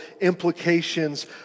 implications